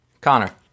Connor